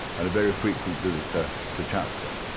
and a very frequent visitor to chatsworth.